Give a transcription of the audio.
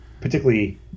particularly